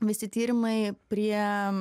visi tyrimai prie